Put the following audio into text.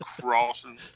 Crossing